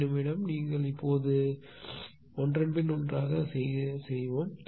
ஒரு நிமிடம் நீங்கள் இப்போது ஒன்றன் பின் ஒன்றாக செய்வோம்